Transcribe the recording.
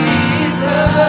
Jesus